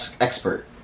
expert